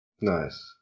Nice